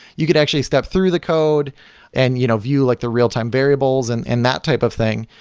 you could actually step through the code and you know view like the real-time variables and and that type of thing.